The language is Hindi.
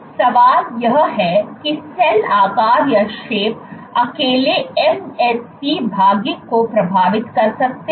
तो सवाल यह है कि सेल आकार अकेले MSC भाग्य को प्रभावित कर सकते हैं